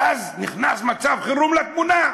אז נכנס מצב חירום לתמונה.